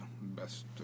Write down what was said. best